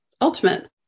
ultimate